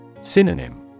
Synonym